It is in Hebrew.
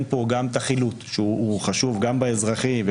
כאן גם את החילוט שהוא חשוב גם באזרחי.